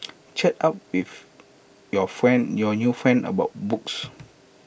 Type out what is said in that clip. chat up with your friend your new friend about books